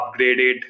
upgraded